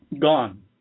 gone